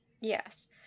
Yes